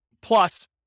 plus